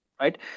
right